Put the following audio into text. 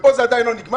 כאן זה עדיין לא נגמר.